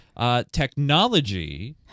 technology